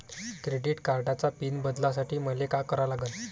Credit कार्डाचा PIN बदलासाठी मले का करा लागन?